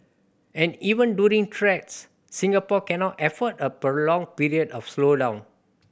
and even during threats Singapore cannot afford a prolonged period of slowdown